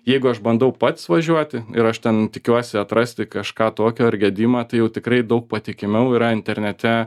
jeigu aš bandau pats važiuoti ir aš ten tikiuosi atrasti kažką tokio ar gedimą tai jau tikrai daug patikimiau yra internete